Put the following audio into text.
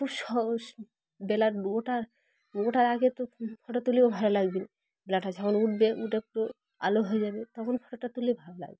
খুব সহ বেলা দুটোর দুটোর আগে তো ফটো তুলেও ভালো লাগবে না বেলাটা যখন উঠবে উঠে একটু আলো হয়ে যাবে তখন ফটোটা তুলে ভালো লাগবে